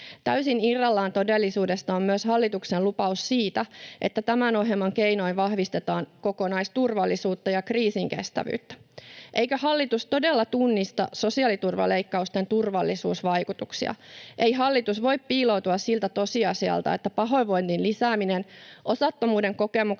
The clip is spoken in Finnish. Täysin irrallaan todellisuudesta on myös hallituksen lupaus siitä, että tämän ohjelman keinoin vahvistetaan kokonaisturvallisuutta ja kriisinkestävyyttä. Eikö hallitus todella tunnista sosiaaliturvaleikkausten turvallisuusvaikutuksia? Ei hallitus voi piiloutua siltä tosiasialta, että pahoinvoinnin lisääminen sekä osallisuuden kokemuksen